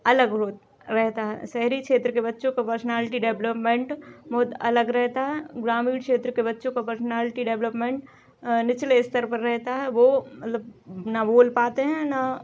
अलग हो रहता है शहरी क्षेत्र के बच्चों को पर्सनालिटी डेवलपमेंट बहुत अलग रहता है ग्रामीण क्षेत्र के बच्चों को पर्सनालिटी डेवलपमेंट निचले स्तर पर रहता है वो मतलब ना बोल पाते हैं ना